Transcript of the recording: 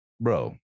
Bro